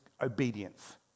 obedience